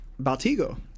Baltigo